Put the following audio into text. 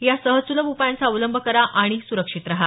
या सहज सुलभ उपायांचा अवलंब करा आणि सुरक्षित रहा